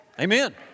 Amen